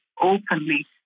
openly